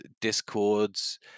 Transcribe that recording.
discords